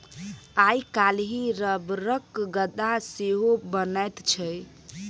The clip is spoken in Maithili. आइ काल्हि रबरक गद्दा सेहो बनैत छै